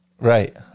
right